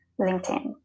linkedin